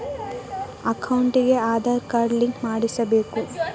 ಅಕೌಂಟಿಗೆ Aadhaar card link ಮಾಡಿಸಬೇಕು?